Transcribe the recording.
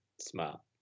Smart